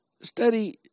study